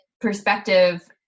perspective